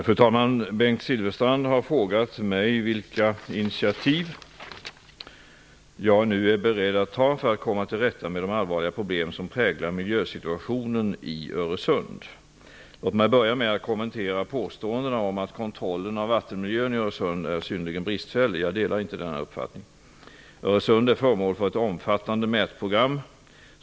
Fru talman! Bengt Silfverstrand har frågat mig vilka initiativ jag nu är beredd att ta för att komma till rätta med de allvarliga problem som präglar miljösituationen i Öresund. Låt mig börja med att kommentera påståendena om att kontrollen av vattenmiljön i Öresund är synnerligen bristfällig. Jag delar inte denna uppfattning. Öresund är föremål för ett omfattande mätprogram.